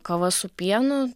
kava su pienu